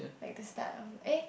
like the start of eh